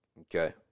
Okay